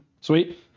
Sweet